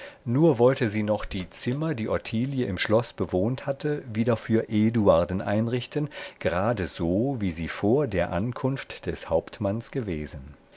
nur wollte sie noch die zimmer die ottilie im schloß bewohnt hatte wieder für eduarden einrichten gerade so wie sie vor der ankunft des hauptmanns gewesen